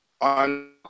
on